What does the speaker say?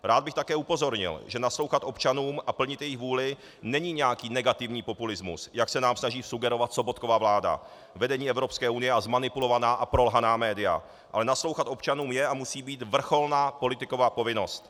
Rád bych také upozornil, že naslouchat občanům a plnit jejich vůli není nějaký negativní populismus, jak se nám snaží vsugerovat Sobotkova vláda, vedení Evropské unie a zmanipulovaná a prolhaná média, ale naslouchat občanům je a musí být vrcholná politikova povinnost.